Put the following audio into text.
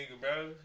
bro